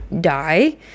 die